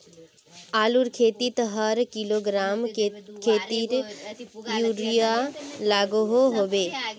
आलूर खेतीत हर किलोग्राम कतेरी यूरिया लागोहो होबे?